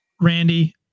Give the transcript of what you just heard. Randy